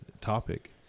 topic